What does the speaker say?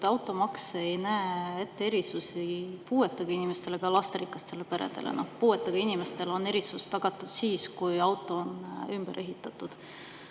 Automaks ei näe ette erisusi puuetega inimestele ega lasterikastele peredele. Puuetega inimestele on erisus tagatud siis, kui auto on ümber ehitatud.